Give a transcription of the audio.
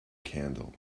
candle